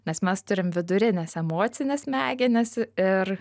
nes mes turim vidurines emocines smegenis ir